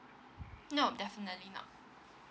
no definitely not